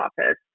office